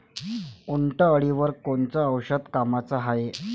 उंटअळीवर कोनचं औषध कामाचं हाये?